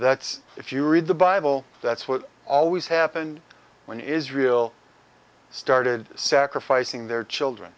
that's if you read the bible that's what always happened when israel started sacrificing their children